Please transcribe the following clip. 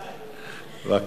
עלי.